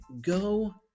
go